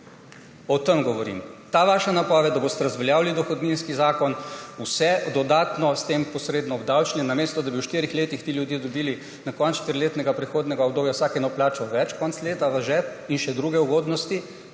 O tem govorim. Ta vaša napoved, da boste razveljavili dohodninski zakon, s tem vse dodatno posredno obdavčili, namesto da bi v štirih letih ti ljudje dobili na koncu štiriletnega prehodnega obdobja vsak eno plačo več konec leta v žep in še druge ugodnosti,